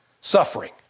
suffering